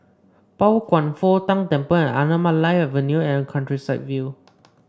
Pao Kwan Foh Tang Temple Anamalai Avenue and Countryside View